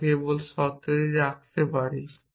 আমরা কেবল শর্তটি রাখতে পারি